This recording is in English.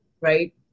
right